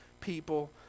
people